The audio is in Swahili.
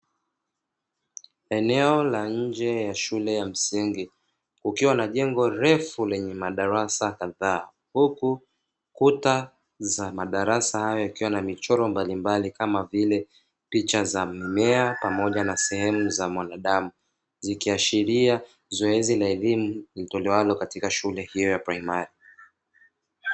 Eneo la nje ya shule ya msingi, kukiwa na jengo refu lenye madarasa kadhaa, huku kuta za madarasa hayo yakiwa na michoro mbalimbali, kama vile picha za mimea pamoja na sehemu za mwanadamu. Zikiashiria zoezi la elimu litolewalo katika shule hiyo ya praimari.